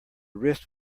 wrist